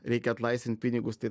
reikia atlaisvint pinigus tai